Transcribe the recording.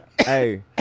Hey